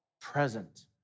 present